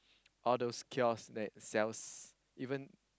all kiosk that sell